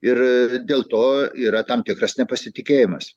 ir dėl to yra tam tikras nepasitikėjimas